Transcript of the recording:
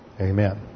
amen